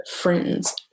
friends